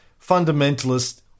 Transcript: fundamentalist